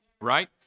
right